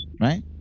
right